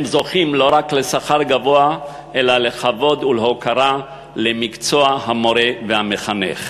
הם זוכים לא רק לשכר גבוה אלא לכבוד ולהוקרה למקצוע המורה והמחנך.